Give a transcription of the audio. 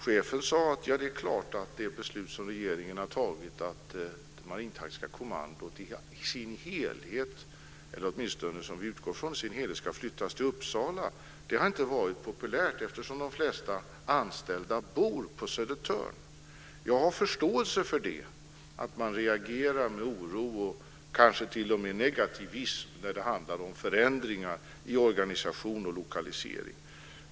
Chefen sade: Det är klart att det beslut som regeringen har fattat, att det marintaktiska kommandot i sin helhet, åtminstone som vi utgår från, ska flyttas till Uppsala, inte har varit populärt eftersom de flesta anställda bor på Södertörn. Jag har förståelse för att man reagerar med oro och kanske t.o.m. negativism när det handlar om förändringar i organisation och lokalisering.